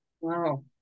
Wow